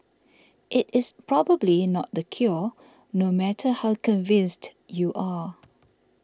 it is probably not the cure no matter how convinced you are